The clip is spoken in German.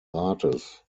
rates